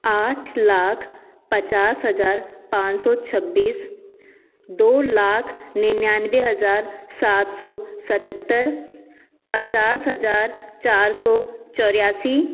आठ लाख पचास हजार पाँच सौ छब्बीस दो लाख निन्यानवे हजार सात सौ सतहत्तर पचास हजार चार सौ चौरासी